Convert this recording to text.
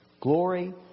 Glory